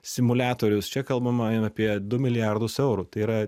simuliatorius čia kalbama eina du milijardus eurų tai yra